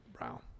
Wow